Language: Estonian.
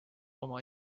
oma